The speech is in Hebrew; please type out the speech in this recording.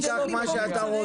תיקח מה שאתה רוצה".